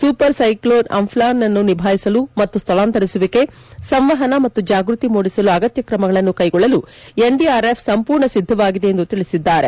super cyclone Amphan ಅನ್ನು ನಿಭಾಯಿಸಲು ಮತ್ತು ಸ್ಥಳಾಂತರಿಸುವಿಕೆ ಸಂವಹನ ಮತ್ತು ಜಾಗ್ಬತಿ ಮೂಡಿಸಲು ಅಗತ್ಯ ಕ್ರಮಗಳನ್ತು ತೆಗೆದುಕೊಳ್ಳಲು ಎನ್ ಡಿಆರ್ ಎಫ್ ಸಂಪೂರ್ಣವಾಗಿ ಸಿದ್ದವಾಗಿದೆ ಎಂದು ತಿಳಿಸಿದ್ದಾರೆ